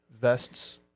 vests